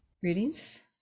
Greetings